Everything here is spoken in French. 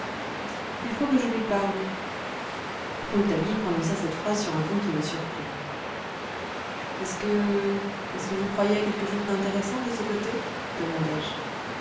il faut que je lui parle rouletabille prononça cette phrase sur un ton qui me surprit est-ce que est-ce que vous croyez à quelque chose d'intéressant de ce côté